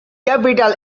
capital